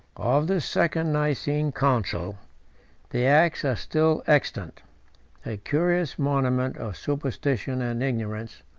of this second nicene council the acts are still extant a curious monument of superstition and ignorance,